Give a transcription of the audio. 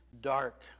dark